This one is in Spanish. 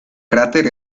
cráter